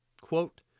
Quote